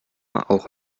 auch